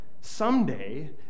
someday